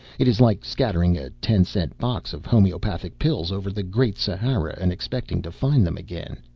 it is like scattering a ten-cent box of homoeopathic pills over the great sahara and expecting to find them again.